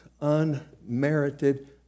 unmerited